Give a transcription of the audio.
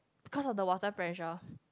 because of the water pressure